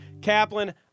Kaplan